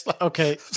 okay